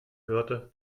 hörte